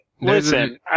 Listen